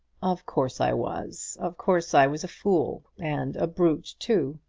of course i was. of course i was a fool, and a brute too.